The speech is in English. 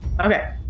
Okay